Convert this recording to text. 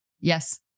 Yes